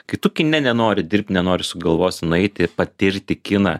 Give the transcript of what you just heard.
kai tu kine nenori dirbt nenori sukt galvos nueiti patirti kiną